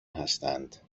هستند